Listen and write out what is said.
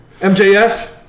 MJF